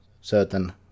certain